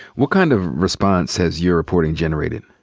what kind of response has your reporting generated?